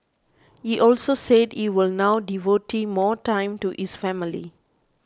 he also said he will now devote more time to his family